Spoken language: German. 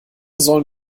sollen